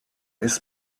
ist